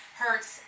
hurts